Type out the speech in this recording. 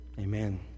amen